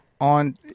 on